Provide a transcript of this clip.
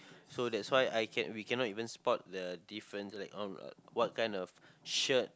so that's why I can we cannot even spot the difference like oh what kind of shirt